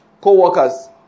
co-workers